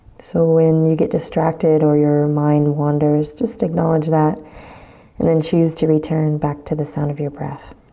so when you get distracted or your mind wanders, just acknowledge that and then choose to return back to the sound of your breath.